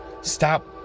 Stop